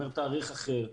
אומר תאריך אחר,